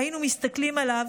היינו מסתכלים עליו,